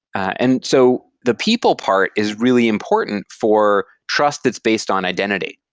and so the people part is really important for trust that's based on identity.